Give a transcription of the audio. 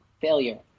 Failure